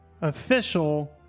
official